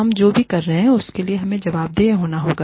हम जो भी कर रहे हैं उसके लिए हमें जवाबदेह होना होगा